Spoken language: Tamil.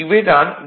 இவை தான் டி